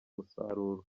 umusaruro